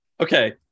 okay